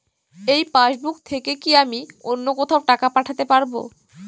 এই পাসবুক থেকে কি আমি অন্য কোথাও টাকা পাঠাতে পারব?